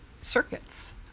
circuits